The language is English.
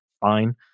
fine